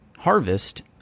harvest